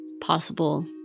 possible